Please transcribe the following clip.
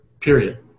period